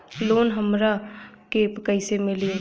Loan हमरा के कईसे मिली?